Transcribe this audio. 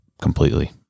completely